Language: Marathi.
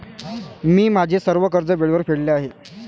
मी माझे सर्व कर्ज वेळेवर फेडले आहे